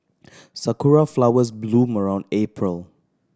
sakura flowers bloom around April